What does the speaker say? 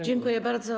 Dziękuję bardzo.